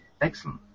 Excellent